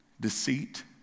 Deceit